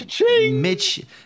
Mitch